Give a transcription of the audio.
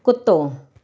कुतो